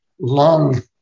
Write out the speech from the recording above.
long